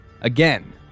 Again